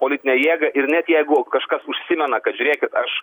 politinę jėgą ir net jeigu kažkas užsimena kad žiūrėkit aš